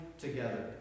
together